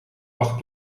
acht